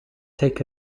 take